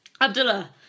Abdullah